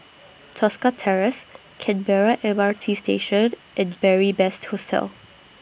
Tosca Terrace Canberra M R T Station and Beary Best Hostel